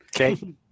Okay